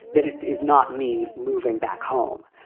that is not me moving back home,